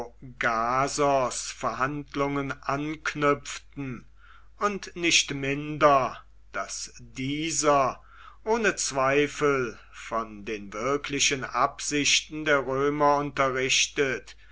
verhandlungen anknüpften und nicht minder daß dieser ohne zweifel von den wirklichen absichten der römer unterrichtet